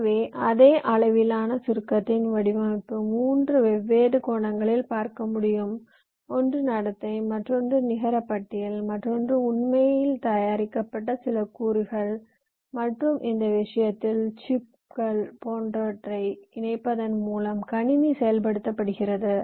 எனவே அதே அளவிலான சுருக்கத்தின் வடிவமைப்பை 3 வெவ்வேறு கோணங்களில் பார்க்க முடியும் ஒன்று நடத்தை மற்றொன்று நிகர பட்டியல் மற்றொன்று உண்மையில் தயாரிக்கப்பட்ட சில கூறுகள் மற்றும் இந்த விஷயத்தில் சிப்கள் போன்றவற்றை இணைப்பதன் மூலம் கணினி செயல்படுத்தப்படுகிறது